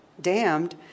damned